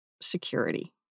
security